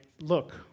look